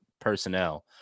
personnel